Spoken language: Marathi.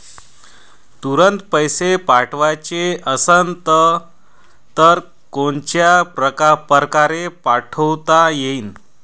तुरंत पैसे पाठवाचे असन तर कोनच्या परकारे पाठोता येईन?